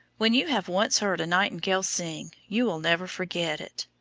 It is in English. when you have once heard a nightingale sing you will never forget it.